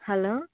hello